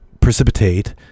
precipitate